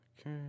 Okay